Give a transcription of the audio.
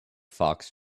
fox